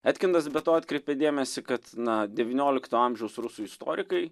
etkindas be to atkreipė dėmesį kad na devyniolikto amžiaus rusų istorikai